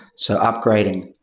so upgrading.